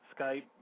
Skype